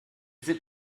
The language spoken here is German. sind